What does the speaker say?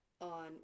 on